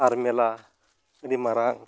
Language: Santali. ᱟᱨ ᱢᱮᱞᱟ ᱟᱹᱰᱤ ᱢᱟᱨᱟᱝ